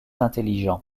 intelligent